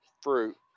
fruit